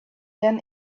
then